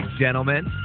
gentlemen